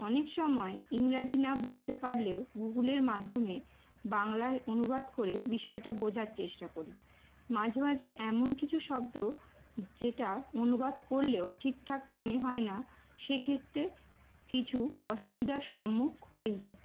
অনেক সময় ইংরাজি না বুঝতে পারলেও গুগলের মাধ্যমে বাংলায় অনুবাদ করে বিষয়টা বোঝার চেষ্টা করি মাঝে মাঝে এমন কিছু শব্দ যেটা অনুবাদ করলেও ঠিক ঠাক মানে হয় না সে ক্ষেত্রে কিছু অসুবিধার সম্মুখ হই